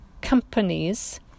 companies